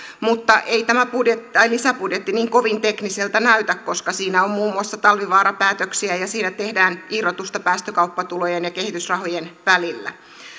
mutta ei tämä lisäbudjetti niin kovin tekniseltä näytä koska siinä on muun muassa talvivaara päätöksiä ja siinä tehdään irrotusta päästökauppatulojen ja kehitysrahojen välillä